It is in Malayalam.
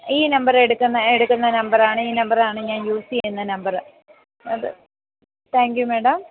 ഈ നമ്പറ് എടുക്കുന്ന എടുക്കുന്ന നമ്പറാണ് ഈ നമ്പറാണ് ഞാൻ യൂസ് ചെയ്യുന്ന നമ്പറ് അത് താങ്ക് യൂ മേഡം